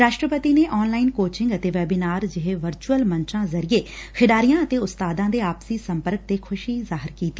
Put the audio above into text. ਰਾਸ਼ਟਰਪਤੀ ਨੇ online coaching ਅਤੇ ਵੈਬੀਨਾਰ ਜਿਹੇ ਵਰਚੁਅਲ ਮੰਚਾ ਜ਼ਰੀਏ ਖਿਡਾਰੀਆਂ ਅਤੇ ਉਸਤਾਵਾਂ ਦੇ ਆਪਸੀ ਸੰਪਰਕ ਤੇ ਖੁਸ਼ੀ ਜ਼ਾਹਿਰ ਕੀਤੀ